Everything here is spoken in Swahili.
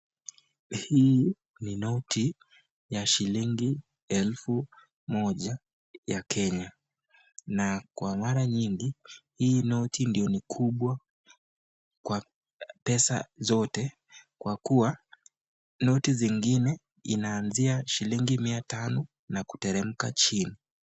Hii ni noti ya shilingi elfu moja ya kenya na kwa mara nyingi hii noti ndo nikubwa kwa pesa zote kwa kuwa noti zingine inaanzia shilingi mia tano na kuteremka chini.